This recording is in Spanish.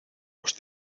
los